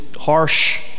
harsh